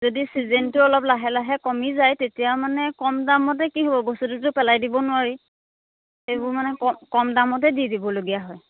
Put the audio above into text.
যদি ছিজনটো অলপ লাহে লাহে কমি যায় তেতিয়া মানে কম দামতে কি হ'ব বস্তুটোতো পেলাই দিব নোৱাৰি সেইবোৰ মানে কম দামতে দি দিবলগীয়া হয়